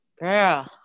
girl